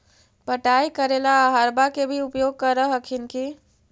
पटाय करे ला अहर्बा के भी उपयोग कर हखिन की?